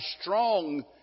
strong